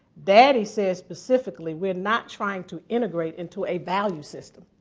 daddy says specifically we're not trying to integrate into a value system.